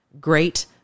Great